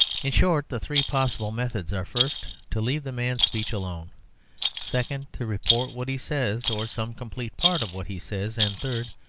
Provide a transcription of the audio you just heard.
in short, the three possible methods are, first, to leave the man's speech alone second, to report what he says or some complete part of what he says and third,